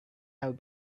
have